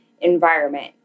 environment